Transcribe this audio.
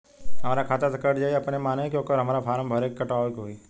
हमरा खाता से कट जायी अपने माने की आके हमरा फारम भर के कटवाए के होई?